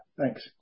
Thanks